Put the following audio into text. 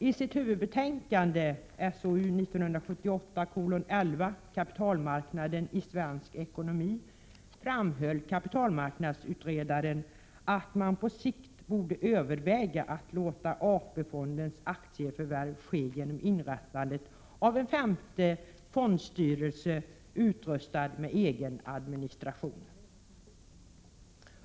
I sitt huvudbetänkande, SOU 1978:11 Kapitalmarknaden i svensk ekonomi, framhöll kapitalmarknadsutredaren att det på sikt borde övervägas att låta AP-fondernas aktieförvärv ske genom inrättandet av en femte fondstyrelse, utrustad med egen administration.